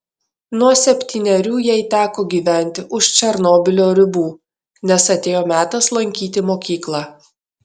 nuo septynerių jai teko gyventi už černobylio ribų nes atėjo metas lankyti mokyklą